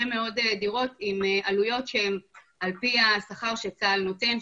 מאוד דירות עם עלויות שהן על פי השכר שצה"ל נותן,